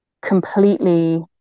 completely